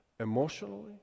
Emotionally